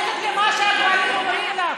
ואת מצייתת למה שהגברים אומרים לך,